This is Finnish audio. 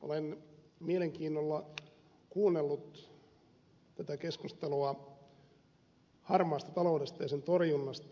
olen mielenkiinnolla kuunnellut tätä keskustelua harmaasta taloudesta ja sen torjunnasta